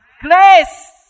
Grace